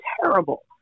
terrible